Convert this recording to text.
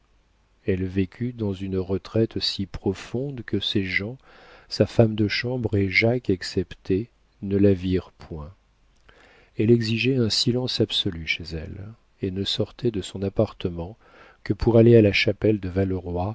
elle vécut dans une retraite si profonde que ses gens sa femme de chambre et jacques exceptés ne la virent point elle exigeait un silence absolu chez elle et ne sortait de son appartement que pour aller à la chapelle de